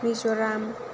Mizoram